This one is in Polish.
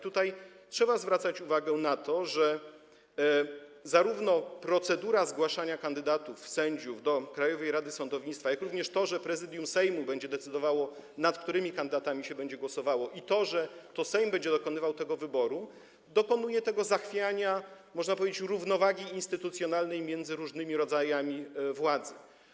Tutaj trzeba zwracać uwagę na to, że zarówno procedura zgłaszania kandydatów, sędziów do Krajowej Rady Sądownictwa, jak i to, że Prezydium Sejmu będzie decydowało, nad którymi kandydaturami będzie się głosowało, i to, że to Sejm będzie dokonywał tego wyboru, prowadzą do zachwiania, można powiedzieć, równowagi instytucjonalnej między różnymi rodzajami władzy.